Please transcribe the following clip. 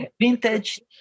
vintage